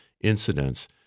incidents